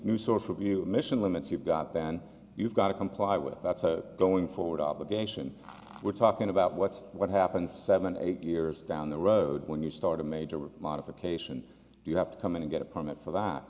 new source of new emission limits you've got then you've got to comply with that so going forward obligation we're talking about what's what happens seven eight years down the road when you start a major modification you have to come in and get a permit for th